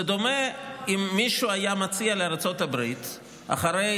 זה כמו שמישהו היה מציע לארצות הברית אחרי